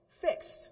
fixed